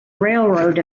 railroad